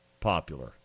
popular